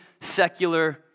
secular